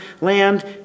land